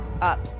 Up